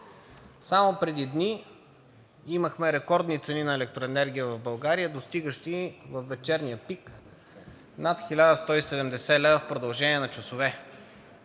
Само преди дни имахме рекордни цени на електроенергия в България, достигащи във вечерния пик над 1170 лв. в продължение на часове.